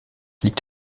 liegt